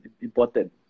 important